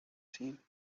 seen